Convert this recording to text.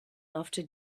after